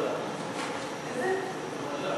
חינוך.